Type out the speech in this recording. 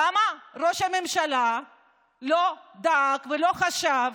למה ראש הממשלה לא דאג ולא חשב,